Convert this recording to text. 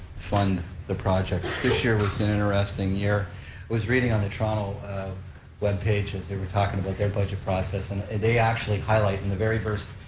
fund the projects. this year was an interesting year. i was reading on the toronto webpage as they were talking about their budget process, and they actually highlight in the very first